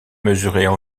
mesuraient